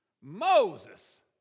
Moses